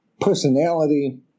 personality